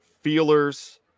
feelers